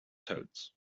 toads